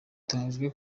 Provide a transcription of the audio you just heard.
biteganyijwe